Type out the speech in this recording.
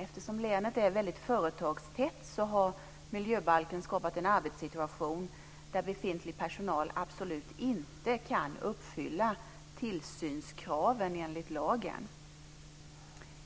Eftersom länet är väldigt företagstätt har miljöbalken skapat en arbetssituation där befintlig personal absolut inte kan uppfylla tillsynskraven enligt lagen.